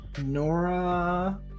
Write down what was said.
Nora